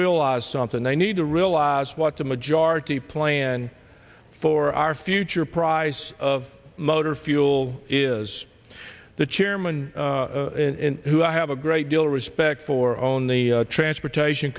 realize something they need to realize what the majority plan for our future price of motor fuel is the chairman who i have a great deal respect for own the transportation